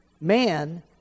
man